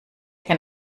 kein